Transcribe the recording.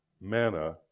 manna